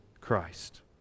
Christ